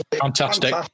fantastic